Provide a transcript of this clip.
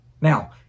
Now